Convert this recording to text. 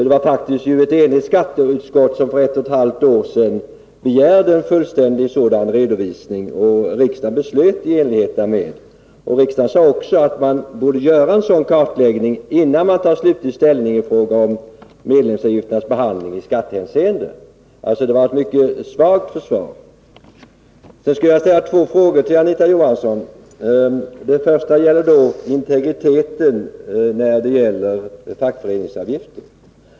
Det var faktiskt ett enigt skatteutskott som för ett och ett halvt år sedan begärde en fullständig sådan redovisning, och riksdagen beslöt i enlighet därmed. Riksdagen sade också att man borde göra en sådan kartläggning innan man tar slutgiltig ställning i fråga om medlemsavgifternas behandling i skattehänseende. Det var alltså ett mycket svagt försvar. Jag skulle vilja ställa ett par frågor till Anita Johansson. Den första gäller integriteten när det gäller fackföreningsavgifter.